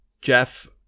Jeff